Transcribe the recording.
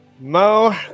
Mo